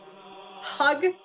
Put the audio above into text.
hug